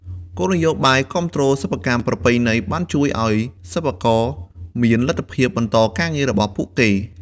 គោលនយោបាយគាំទ្រសិប្បកម្មប្រពៃណីបានជួយឱ្យសិប្បករមានលទ្ធភាពបន្តការងាររបស់ពួកគេ។